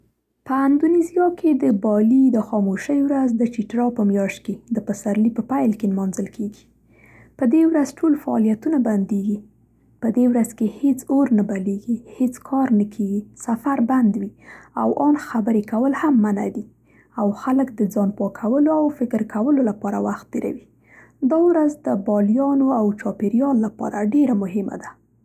په اندونیزیا کې د بالي د خاموشۍ ورځ د چيټرا په میاشت کې د پسرلي په پیل کې نمانځل کیږي. په دې ورځ ټول فعالیتونه بندیږي، په دې ورځ کې هیڅ اور نه بلیږي، هیڅ کار نه کیږي، سفر بند وي، او آن خبرې کول هم منع دي او خلک د ځان پاکولو او فکر کولو لپاره وخت تیروي. دا ورځ د بالیانو او چاپېریال لپاره ډېره مهمه ده.